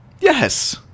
Yes